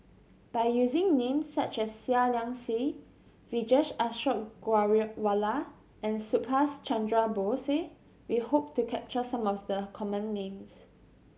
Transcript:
by using names such as Seah Liang Seah Vijesh Ashok Ghariwala and Subhas Chandra Bose we hope to capture some of the common names